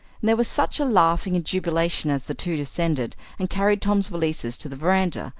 and there was such a laughing and jubilation as the two descended and carried tom's valises to the verandah,